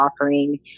offering